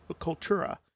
cultura